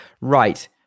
Right